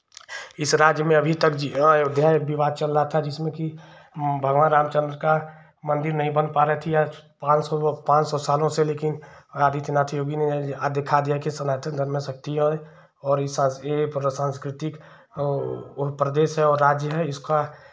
इस राज्य में अभी तक है अयोध्या एक विवाद चल रहा था जिसमें कि भगवान रामचंद्र का मंदिर नहीं बन पा रहे थे या पाँच सौ पाँच सौ सालों से लेकिन आदित्यनाथ योगी ने आज दिखा दिया कि सनातन धर्म में शक्ति और और ये सांस्कृतिक वो प्रदेश है और राज्य है इसका